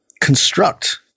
construct